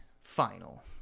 final